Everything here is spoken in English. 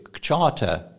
charter